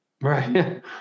Right